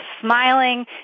smiling